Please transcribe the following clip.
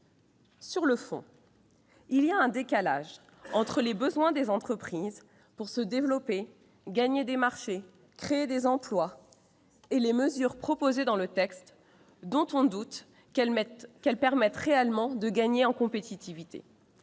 y ait un véritable décalage entre les besoins des entreprises pour se développer, gagner des marchés et créer des emplois et les mesures contenues dans ce texte, dont on doute qu'elles permettent réellement de gagner en compétitivité.